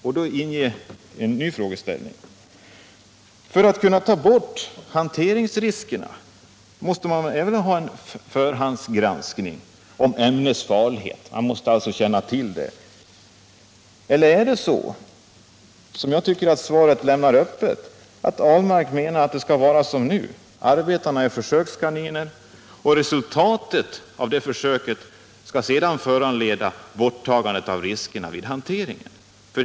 Det föranleder en ny frågeställning. För att kunna ta bort hanteringsriskerna måste man även ha en förhandsgranskning av ämnets farlighet - man måste alltså känna till den. Eller är det så, vilket jag tycker att svaret lämnar öppet, att Per Ahlmark menar att det skall vara som det är f. n.: arbetarna är försökskaniner, och resultatet av det försöket skall sedan föranleda borttagandet av riskerna vid hanteringen?